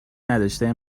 نداشته